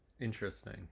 Interesting